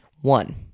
One